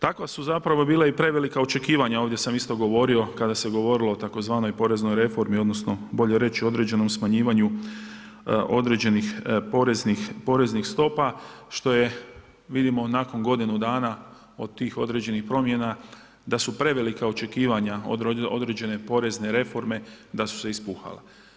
Takva su zapravo bila i prevelika očekivanja, ovdje sam isto govorio kada se govorilo o tzv. poreznoj reformi odnosno bolje reći određenom smanjivanju određenih poreznih stopa što je vidimo nakon godinu dana od tih određenih promjena da su prevelika očekivanja određene porezne reforme da su se ispuhala.